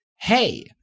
hey